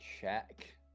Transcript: check